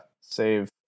save